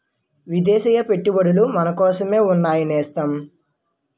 విదేశీ పెట్టుబడులు మనకోసమే ఉన్నాయి నేస్తం